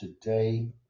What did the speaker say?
today